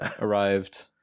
arrived